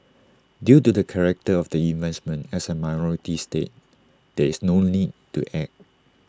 due to the character of the investment as A minority stake there is no need to act